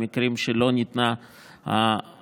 במקרים שלא ניתנה הארכה.